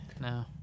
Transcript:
No